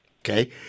Okay